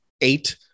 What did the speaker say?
eight